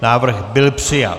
Návrh byl přijat.